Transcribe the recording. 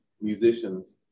musicians